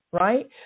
right